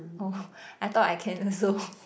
oh I thought I can also